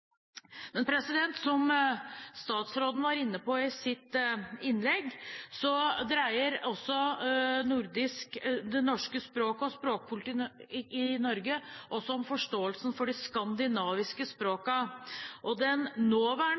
Men som statsråden var inne på i sitt innlegg, dreier det norske språket og språkpolitikken i Norge seg også om forståelsen for de skandinaviske språkene. Den nåværende